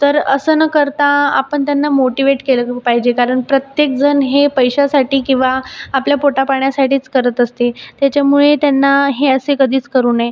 तर असं न करता आपण त्यांना मोटीवेट केल्याजोगं पाहिजे कारण प्रत्येक जण हे पैशासाठी किंवा आपल्या पोटापाण्यासाठीच करत असते त्याच्यामुळे त्यांना हे असे कधीच करू नये